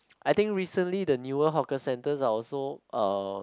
I think recently the newer hawker centres are also uh